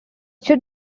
should